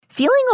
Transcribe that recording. Feeling